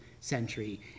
century